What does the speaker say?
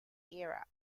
era